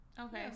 Okay